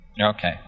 Okay